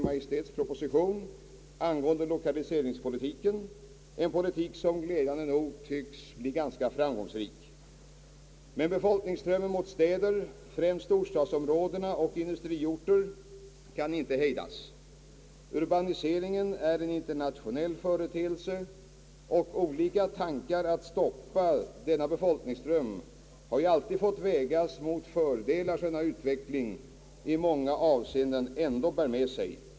Maj:ts proposition angående lokaliseringspolitiken — en politik som glädjande nog syns bli ganska framgångsrik. Men befolkningsströmmen mot städer, främst storstadsområdena och industriorter, kan inte hejdas. Urbaniseringen är ju en internationell företeelse, och olika tankar att stoppa denna befolkningsström har alltid fått vägas mot de fördelar som en sådan utveckling i många avseenden ändå bär med sig.